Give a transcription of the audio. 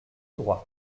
droit